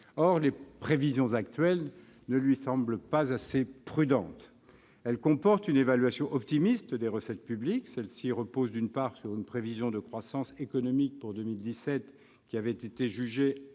Or les prévisions actuelles ne leur semblent pas assez prudentes. Elles comportent une évaluation optimiste des recettes publiques. Celle-ci repose, d'une part, sur une prévision de croissance économique pour 2017 qui avait été jugée un peu